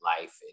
life